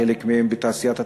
חלק מהם בתעשיית התרופות,